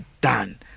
done